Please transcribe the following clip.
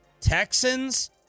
Texans